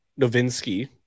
Novinsky